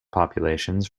populations